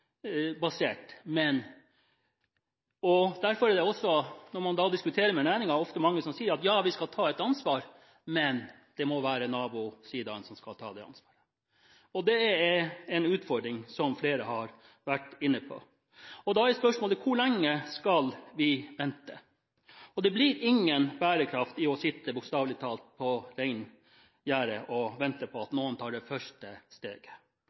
basert. Når man diskuterer med næringen, er det derfor mange som sier: Ja, vi skal ta et ansvar, men det må være nabosidaen som skal ta det ansvaret. Det er en utfordring, som flere har vært inne på. Da er spørsmålet: Hvor lenge skal vi vente? Det blir ingen bærekraft i bokstavelig talt å sitte på reingjerdet og vente på at noen tar det første steget.